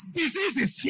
diseases